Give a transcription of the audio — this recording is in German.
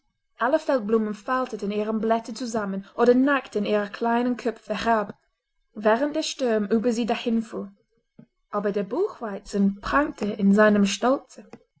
alle feldblumen falteten ihre blätter zusammen oder neigten ihre kleinen köpfe herab während der sturm über sie dahinfuhr aber der buchweizen prangte in seinem stolze